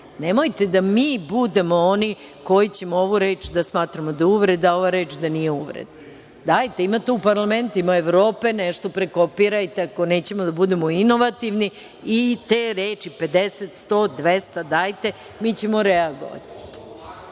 Nemojte da mi budemo oni koji ćemo ovu reč da smatramo da je uvreda, a ova reč da nije uvreda. Imate u parlamentima Evrope. Nešto prekopirajte ako nećemo da budemo inovativni i te reči 50, 100, 200 dajte i mi ćemo reagovati.(Saša